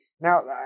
Now